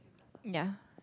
ya